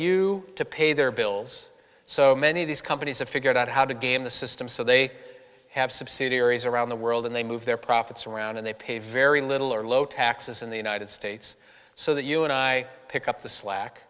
you to pay their bills so many of these companies have figured out how to game the system so they have subsidiaries around the world and they move their profits around and they pay very little or low taxes in the united states so that you and i pick up the slack